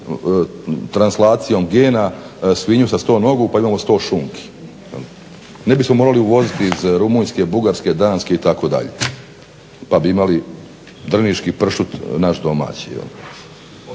translacijom gena svinju sa sto nogu pa imamo 100 šunki. Ne bismo morali uvoziti iz Rumunjske, Bugarske, Danske itd., pa bi imali drniški pršut naš domaći